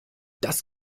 das